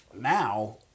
now